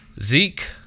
Zeke